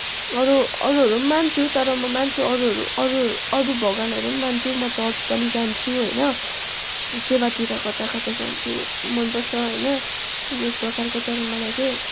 अरू अरूहरू पनि मान्छु तर म मान्छु अरूहरू अरूहरू अरू भगवानहरू पनि मान्छु म चर्च पनि जान्छु होइन सेवातिर कताकता जान्छु मनपर्छ होइन त्यही पनि एक प्रकारको तर मलाई चाहिँ